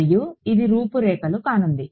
మరియు ఇది రూపురేఖలు కానుంది